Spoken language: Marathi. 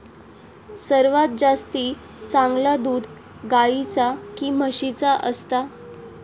सर्वात जास्ती चांगला दूध गाईचा की म्हशीचा असता?